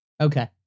Okay